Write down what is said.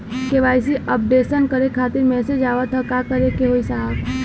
KYC updation करें खातिर message आवत ह का करे के होई साहब?